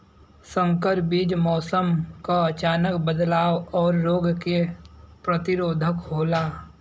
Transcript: संकर बीज मौसम क अचानक बदलाव और रोग के प्रतिरोधक होला